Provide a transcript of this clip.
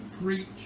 preach